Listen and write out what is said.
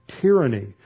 tyranny